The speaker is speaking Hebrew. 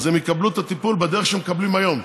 אז הם יקבלו את הטיפול בדרך שהם מקבלים היום.